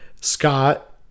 Scott